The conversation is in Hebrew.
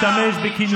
אתה משתמש בכינויים,